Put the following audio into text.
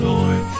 Lord